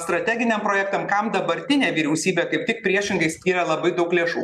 strateginiam projektam kam dabartinė vyriausybė kaip tik priešingai skiria labai daug lėšų